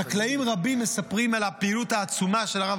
חקלאים רבים מספרים על הפעילות העצומה של הרב